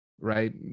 Right